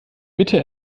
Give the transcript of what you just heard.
mitte